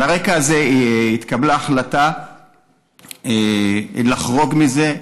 על הרקע הזה התקבלה ההחלטה לחרוג מזה,